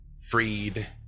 freed